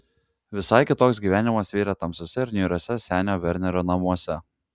visai kitoks gyvenimas virė tamsiuose ir niūriuose senio vernerio namuose